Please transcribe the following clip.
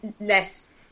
less